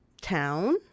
town